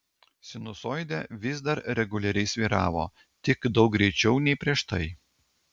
sinusoidė vis dar reguliariai svyravo tik daug greičiau nei prieš tai